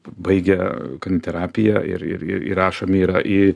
baigia kaniterapiją ir ir įrašomi yra į